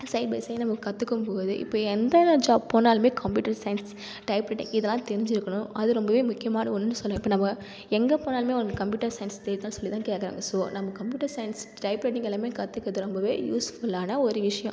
side by side நம்ம கற்றுக்கும்போதே இப்போ எந்த ஜாப் போனாலுமே கம்ப்யூட்டர் சைன்ஸ் டைப்ரைட்டிங் இதெலாம் தெரிஞ்சுருக்கணும் அது ரொம்பவே முக்கியமான ஒன்னுன்னு சொல்வேன் இப்போ நம்ம எங்கே போனாலுமே உனக்கு கம்ப்யூட்டர் சைன்ஸ் தெரிகிதானு சொல்லி தான் கேட்கறாங்க ஸோ நம்ம கம்ப்யூட்டர் சைன்ஸ் டைப்ரைட்டிங் எல்லாமே கற்றுக்குறது ரொம்பவே யூஸ்ஃபுல்லான ஒரு விஷயம்